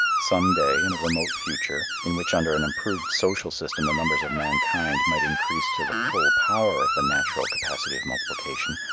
some day, in a remote future, in which under an improved social system the numbers of mankind might increase to the full power of the natural capacity of multiplication,